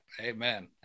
Amen